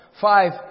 Five